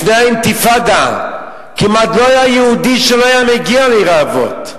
לפני האינתיפאדה כמעט לא היה יהודי שלא היה מגיע לעיר האבות,